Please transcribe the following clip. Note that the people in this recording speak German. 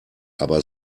aber